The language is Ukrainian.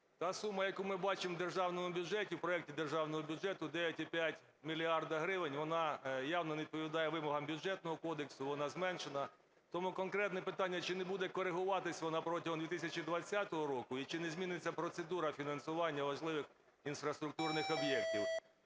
в Державному бюджеті, в проекті Державного бюджету – 9,5 мільярда гривень, вона явно не відповідає вимогам Бюджетного кодексу, вона зменшена. Тому конкретне питання. Чи не буде коригуватись вона протягом 2020 року, і чи не зміниться процедура фінансування важливих інфраструктурних об'єктів?